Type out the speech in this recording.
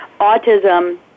autism